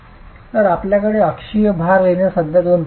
तर आपल्याकडे अक्षीय भार लिहिणे अश्या 2 पद्धती आहेत